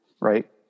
right